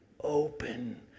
open